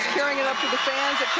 carrying it up to the fans